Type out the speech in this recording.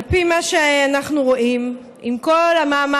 על פי מה שאנחנו רואים, עם כל המאמץ,